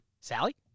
Sally